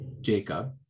Jacob